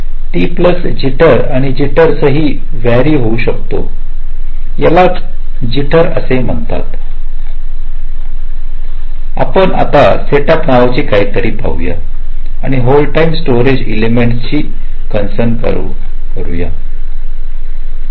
T plus jitter आणि jitter सहि vary होऊ शकतो यालाच तर जिटर असे म्हणतात आता आपण सेटअप नावाची काहीतरी पाहूया आणि होल्ड टाईम स्टोरेज एलमेंट शी कन्सन करतात